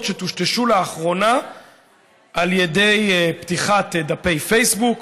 שטושטשו לאחרונה על ידי פתיחת דפי פייסבוק,